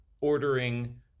ordering